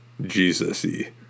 Jesus-y